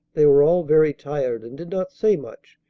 they were all very tired and did not say much,